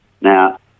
Now